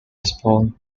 respond